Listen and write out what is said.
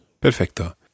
Perfecto